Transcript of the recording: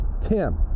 Tim